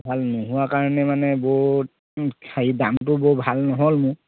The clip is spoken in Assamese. ভাল নোহোৱা কাৰণে মানে বৌ হেৰি দামটো বৰ ভাল নহ'ল মোৰ